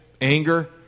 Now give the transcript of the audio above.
anger